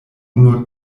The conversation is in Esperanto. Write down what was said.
unu